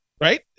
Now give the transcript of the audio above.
Right